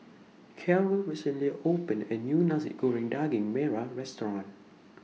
Caryl recently opened A New Nasi Goreng Daging Merah Restaurant